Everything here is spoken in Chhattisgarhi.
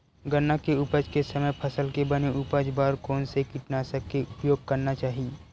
गन्ना के उपज के समय फसल के बने उपज बर कोन से कीटनाशक के उपयोग करना चाहि?